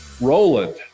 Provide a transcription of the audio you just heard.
Roland